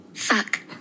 Fuck